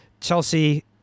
Chelsea